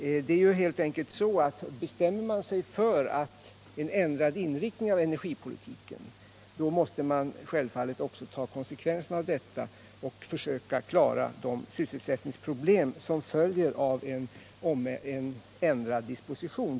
Det är ju helt enkelt så att om man bestämmer sig för en ändrad inriktning av energipolitiken, då måste man självfallet också ta konsekvenserna av detta och försöka klara de sysselsättningsproblem som följer med en sådan ändrad disposition.